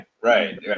right